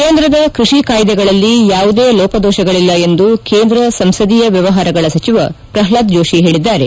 ಕೇಂದ್ರದ ಕೃಷಿ ಕಾಯ್ಲೆಗಳಲ್ಲಿ ಯಾವುದೇ ಲೋಪದೋಷಗಳಲ್ಲ ಎಂದು ಕೇಂದ್ರ ಸಂಸದೀಯ ವ್ಯವಹಾರಗಳ ಸಚಿವ ಪ್ರಹ್ಲಾದ್ ಜೋಷಿ ಹೇಳಿದ್ದಾರೆ